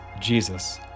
Jesus